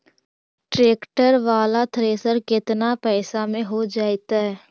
Tractor बाला thresher केतना पैसा में हो जैतै?